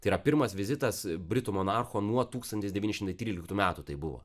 tai yra pirmas vizitas britų monarcho nuo tūkstantis devyni šimtai tryliktų metų tai buvo